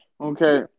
Okay